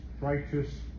righteous